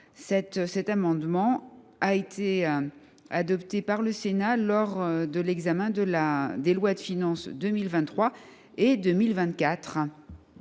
cet amendement a été adopté par le Sénat lors de l’examen des projets de loi de finances 2023 et 2024.